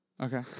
Okay